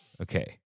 Okay